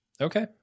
Okay